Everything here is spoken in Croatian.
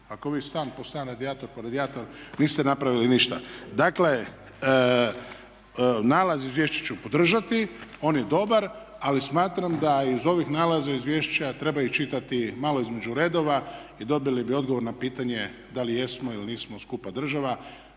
Ako vi stan po stan, radijator po radijator niste napravili ništa. Dakle, nalaz izvješća ću podržati. On je dobar, ali smatram da iz ovih nalaza izvješća treba i čitati malo između redova i dobili bi odgovor na pitanje da li jesmo ili nismo skupa država,